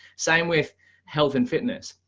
same with health and fitness.